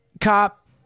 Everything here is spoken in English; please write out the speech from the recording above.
cop